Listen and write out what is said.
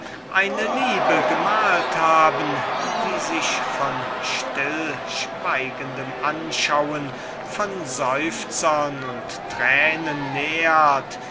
eine liebe gemalt haben die sich von stillschweigendem anschauen von seufzern und tränen nährt